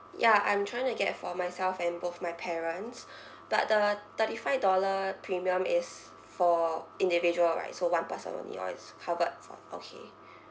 ya I'm trying to get for myself and both my parents but the thirty five dollar premium is for individual right so one person only or is covered for okay